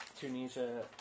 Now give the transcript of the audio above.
Tunisia